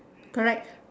correct